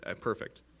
Perfect